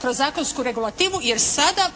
kroz zakonsku regulativu jer sada